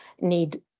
need